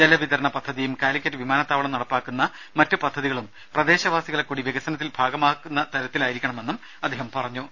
ജലവിതരണ പദ്ധതിയും കാലിക്കറ്റ് വിമാനത്താവളം നടപ്പിലാക്കുന്ന മറ്റ് പദ്ധതികളും പ്രദേശവാസികളെക്കൂടി വികസനത്തിൽ ഭാഗഭാക്കുന്ന തരത്തിലായിരിക്കുമെന്നും അദ്ദേഹം പറഞ്ഞു